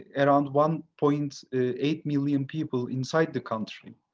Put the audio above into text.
and around one point eight million people inside the country.